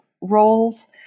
roles